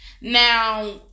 Now